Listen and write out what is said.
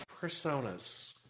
personas